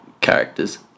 Characters